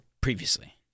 previously